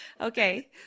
Okay